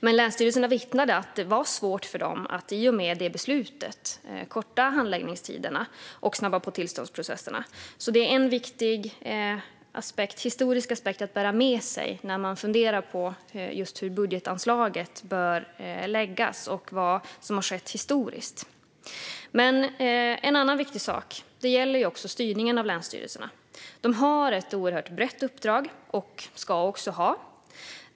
Men länsstyrelserna vittnade om att det i och med det beslutet var svårt för dem att korta ned handläggningstider och snabba på tillståndsprocesserna. Det är en viktig historisk aspekt att bära med sig när man funderar på hur budgetanslaget bör läggas och vad som har hänt historiskt. En annan viktig sak gäller styrningen av länsstyrelserna. De har ett oerhört brett uppdrag och ska så ha.